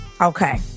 okay